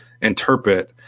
interpret